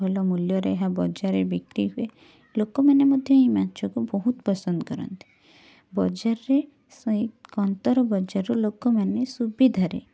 ଭଲ ମୂଲ୍ୟରେ ଏହା ବଜାରରେ ବିକ୍ରୀ ହୁଏ ଲୋକମାନେ ମଧ୍ୟ ଏଇ ମାଛକୁ ବହୁତ ପସନ୍ଦ କରନ୍ତି ବଜାରରେ ସେଇ କନ୍ଦର ବଜାରର ଲୋକମାନେ ସୁବିଧାରେ